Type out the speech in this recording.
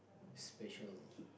special